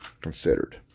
considered